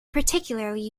particularly